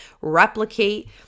replicate